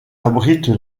abrite